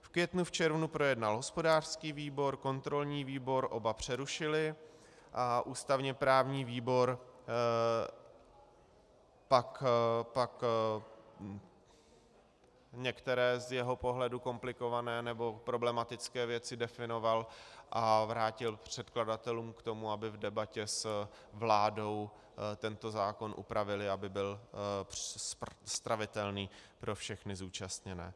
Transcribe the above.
V květnu a v červnu projednal hospodářský výbor, kontrolní výbor, oba přerušily, a ústavněprávní výbor pak některé z jeho pohledu komplikované nebo problematické věci definoval a vrátil předkladatelům k tomu, aby v debatě s vládou tento zákon upravili, aby byl stravitelný pro všechny zúčastněné.